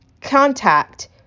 contact